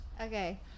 Okay